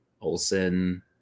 Olson